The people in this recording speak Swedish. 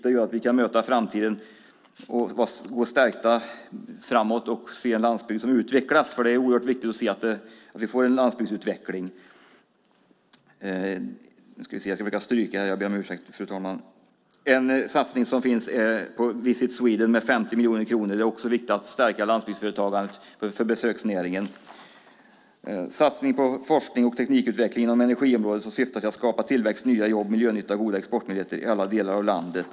Det gör att vi kan gå stärkta framåt och se en landsbygd som utvecklas, för det är oerhört viktigt att vi får en landsbygdsutveckling. En satsning som finns är på Visit Sweden med 50 miljoner kronor. Det är också viktigt för besöksnäringen att stärka landsbygdsföretagandet. Vi har en satsning på forskning och teknikutveckling inom energiområdet som syftar till att skapa tillväxt, nya jobb, miljönytta och goda exportmöjligheter i alla delar av landet.